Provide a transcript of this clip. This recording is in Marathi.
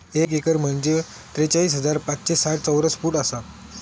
एक एकर जमीन म्हंजे त्रेचाळीस हजार पाचशे साठ चौरस फूट आसा